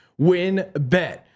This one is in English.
WinBet